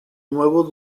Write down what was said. nuevos